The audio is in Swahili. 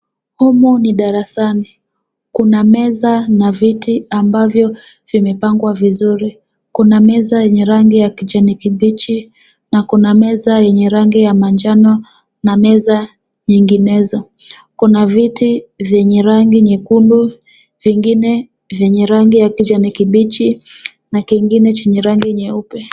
Humu ni darasani. Kuna meza na viti ambavyo vimepangwa vizuri. Kuna meza yenye rangi ya kijani kibichi na kuna meza yenye rangi ya manjano na meza nyinginezo. Kuna viti vyenye rangi nyekundu, vingine vyenye rangi ya kijani kibichi na kingine chenye rangi nyeupe.